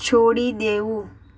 છોડી દેવું